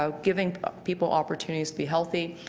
so giving people opportunities to be healthy,